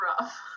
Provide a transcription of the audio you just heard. rough